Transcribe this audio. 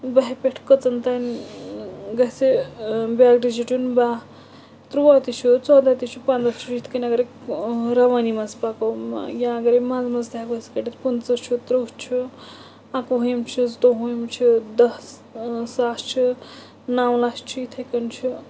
باہہِ پٮ۪ٹھ کٔژَن تانۍ ٲں گژھہِ ٲں بیٛاکھ ڈِجِٹ یُن باہ تُرٛواہ تہِ چھُ ژۄداہ تہِ چھُ پنٛداہ تہِ چھُ یِتھ کٔنۍ اَگرٔے ٲں رَوٲنی منٛز پَکو ٲں یا اَگرٔے منٛزٕ منٛز تہِ ہیٚکو أسۍ کٔڑِتھ پٕنٛژٕہ چھُ تٕرٛہ چھُ اَکہٕ وُہِم چھُ زٕتووُہِم چھُ دٔہ ٲں ساس چھُ نَو لَچھ چھُ یِتھٔے کٔنۍ چھُ